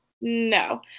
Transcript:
No